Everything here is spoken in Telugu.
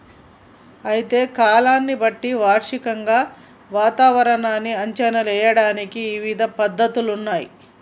అయితే కాలాన్ని బట్టి వార్షికంగా వాతావరణాన్ని అంచనా ఏయడానికి ఇవిధ పద్ధతులున్నయ్యి